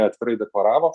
atvirai deklaravo